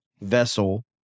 vessel